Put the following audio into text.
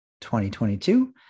2022